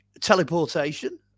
teleportation